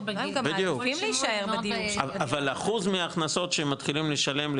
אבל אחוז מההכנסות שמתחילים לשלם,